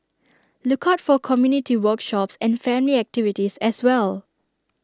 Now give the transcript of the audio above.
look out for community workshops and family activities as well